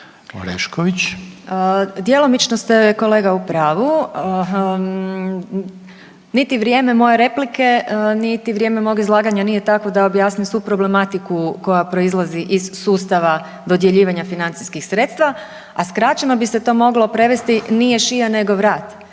Djelomično ste kolega u pravu. Niti vrijeme moje replike, niti vrijeme mog izlaganja nije takvo da objasni svu problematiku koja proizlazi iz sustava dodjeljivanja financijskim sredstava, a skraćeno bi se to moglo prevesti „nije šija nego vrat“.